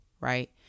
right